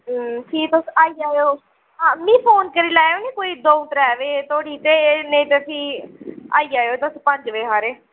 फ्ही तुस आई जाएओ हां मिगी फोन करी लैएओ नी कोई दो त्रै बजे धोड़ी ते नेईं ते फ्ही आई जाएओ तुस पंज बजे हारे